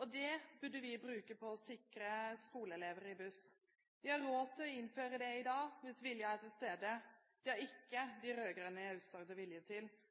og dem burde vi bruke på å sikre skoleelever i buss. Vi har råd til å innføre det i dag hvis viljen er til stede. Det er ikke de rød-grønne i Aust-Agder villige til. Så jeg har en anmodning til